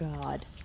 God